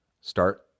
Start